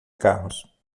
carros